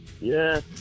Yes